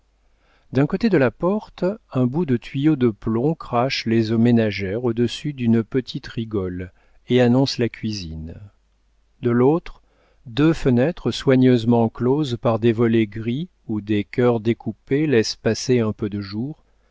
d'un côté de la porte un bout de tuyau de plomb crache les eaux ménagères au-dessus d'une petite rigole et annonce la cuisine de l'autre deux fenêtres soigneusement closes par des volets gris où des cœurs découpés laissent passer un peu de jour